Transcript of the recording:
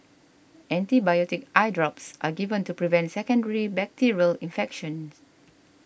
antibiotic eye drops are given to prevent secondary bacterial infection